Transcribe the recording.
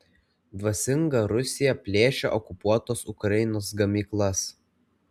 dvasinga rusija plėšia okupuotos ukrainos gamyklas